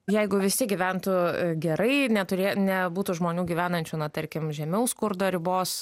jeigu visi gyventų gerai neturė nebūtų žmonių gyvenančių na tarkim žemiau skurdo ribos